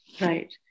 Right